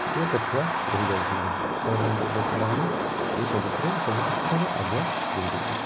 ଟିକିଏ ପଛୁଆ ରହିଯାଉଛନ୍ତି ସହରାଞ୍ଚଳର ପିଲାମାନେ ଟିକିଏ ସବୁଥିରେ ସବୁ କ୍ଷେତ୍ରରେ ଆଗୁଆ ରହୁଛନ୍ତି